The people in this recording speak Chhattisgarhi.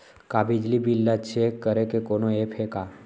का बिजली बिल ल चेक करे के कोनो ऐप्प हे का?